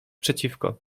przeciwko